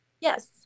Yes